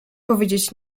powiedzieć